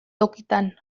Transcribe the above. tokitan